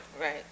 Right